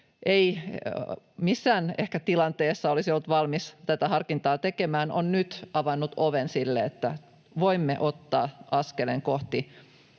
missään tilanteessa olisi ollut valmis tätä harkintaa tekemään, on nyt avannut oven sille, että voimme ottaa askeleen kohti